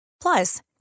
Plus